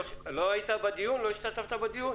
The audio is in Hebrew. לא השתתפת בדיון?